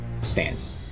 stands